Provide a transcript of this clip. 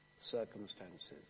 circumstances